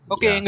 Okay